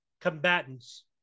combatants